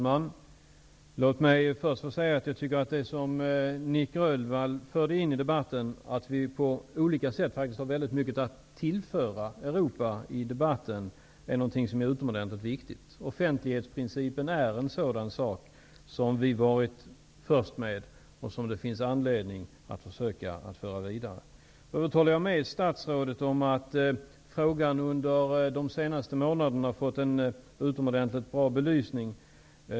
Herr talman! Först vill jag säga att jag tycker att det som Nic Grönvall förde in i debatten, nämligen att vi på olika sätt faktiskt har väldigt mycket att tillföra Europa i debatten, är en utomordentligt viktig sak. Offentlighetsprincipen är exempel på något som vi varit först med och som det finns anledning att försöka att föra vidare. Jag håller med statsrådet om att frågan under de senaste månaderna har fått en utomordentligt bra belysning.